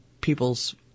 people's